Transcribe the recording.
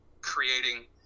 creating –